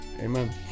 amen